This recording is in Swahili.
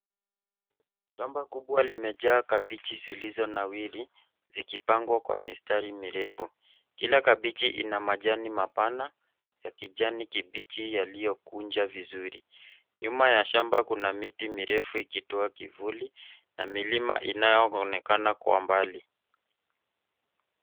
Shamba kubwa limejaa kabeji zilizo nawiri zikipangwa kwa mistari mirefu kila kabeji ina majani mapana ya kijani kibichi yaliyo kunja vizuri nyuma ya shamba kuna miti mirefu ikitoa kivuli na milima inayo onekana kwa mbali.